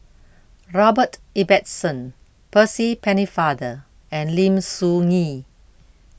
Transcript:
Robert Ibbetson Percy Pennefather and Lim Soo Ngee